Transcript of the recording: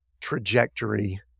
trajectory